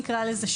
נקרא לזה,